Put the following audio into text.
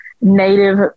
native